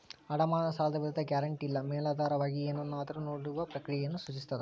ಅಡಮಾನ ಸಾಲದ ವಿರುದ್ಧ ಗ್ಯಾರಂಟಿ ಇಲ್ಲಾ ಮೇಲಾಧಾರವಾಗಿ ಏನನ್ನಾದ್ರು ನೇಡುವ ಪ್ರಕ್ರಿಯೆಯನ್ನ ಸೂಚಿಸ್ತದ